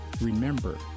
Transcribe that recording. remember